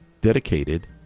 dedicated